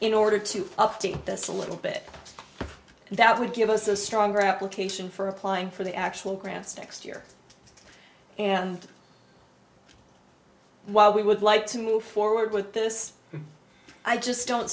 in order to update this a little bit and that would give us a stronger application for applying for the actual grants next year and while we would like to move forward with this i just don't